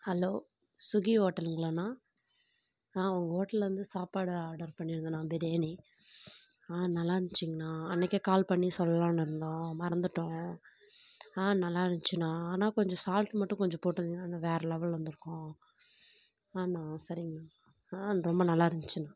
hello ஸ்சுகி ஹோட்டலுங்களாண்ணா நான் உங்கள் ஹோட்டலில் வந்து சாப்பாடு ஆர்டர் பண்ணியிருந்தோண்ணா பிரியாணி ஆ நல்லாருந்துச்சிங்ண்ணா அன்றைக்கே கால் பண்ணி சொல்லலாம்னு இருந்தோம் மறந்துட்டோம் ஆ நல்லாயிருந்துச்சுண்ணா ஆனால் கொஞ்சம் சால்ட் மட்டும் கொஞ்சம் போட்டுக்குங்ண்ணா வேற லெவலில் இருந்துருக்கோம் ஆமாம் சரிங்கண்ணா ஆ ரொம்ப நல்லாயிருந்துச்சிண்ணா